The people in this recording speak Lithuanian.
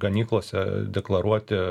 ganyklose deklaruoti